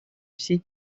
всей